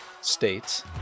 states